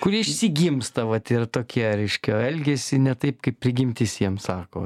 kuri išsigimsta vat ir tokie reiškia elgiasi ne taip kaip prigimtis jiem sako